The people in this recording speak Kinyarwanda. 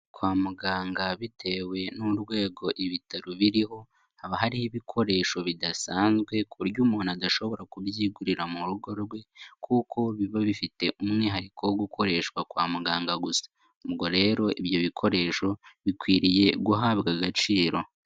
Kwa muganga bitewe n'urwego ibitaro biriho, haba hariho ibikoresho bidasanzwe ku buryo umuntu adashobora kubyigurira mu rugo rwe kuko biba bifite umwihariko wo gukoreshwa kwa muganga gusa, ubwo rero ibyo bikoresho bikwiriye guhabwa agaciro.